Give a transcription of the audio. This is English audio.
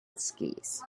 skis